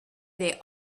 they